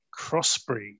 Crossbreed